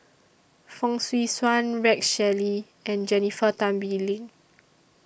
Fong Swee Suan Rex Shelley and Jennifer Tan Bee Leng